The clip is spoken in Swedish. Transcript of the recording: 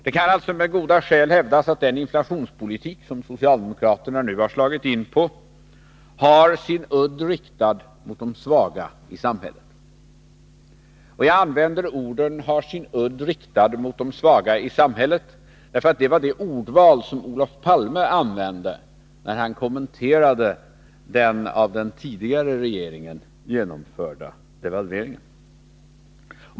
Det kan alltså med goda skäl hävdas att den inflationspolitik som socialdemokraterna nu har slagit in på har sin udd riktad mot de svaga i samhället. Det var Olof Palmes argument mot den av den tidigare regeringen genomförda devalveringen. Jag använder orden ”har sin udd riktad mot de svaga i samhället”, eftersom Olof Palme begagnade det ordvalet, när han kommenterade den av den tidigare regeringen genomförda devalveringen.